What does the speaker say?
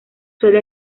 suele